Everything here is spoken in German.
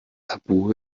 tabu